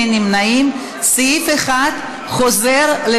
התשע"ז 2017,